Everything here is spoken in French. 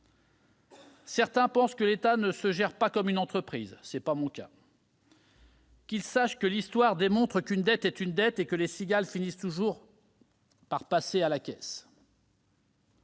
Certains pensent que l'État ne se gère pas comme une entreprise ; tel n'est pas mon cas. Qu'ils sachent que l'histoire montre qu'une dette est une dette, et que les cigales finissent toujours par passer à la caisse.